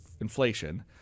inflation